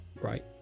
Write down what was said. Right